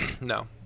No